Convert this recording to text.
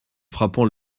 frappant